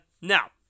Now